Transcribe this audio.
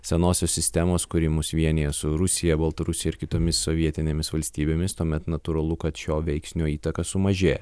senosios sistemos kuri mus vienija su rusija baltarusija ir kitomis sovietinėmis valstybėmis tuomet natūralu kad šio veiksnio įtaka sumažėja